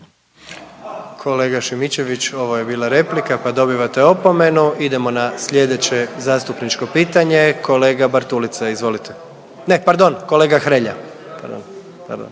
Kolega Šimičević, ovo je bila replika, pa dobivate opomenu. **Jandroković, Gordan (HDZ)** Idemo na slijedeće zastupničko pitanje, kolega Bartulica izvolite. Ne, pardon, kolega Hrelja, pardon, pardon.